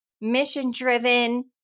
mission-driven